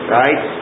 right